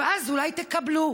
ואז אולי תקבלו.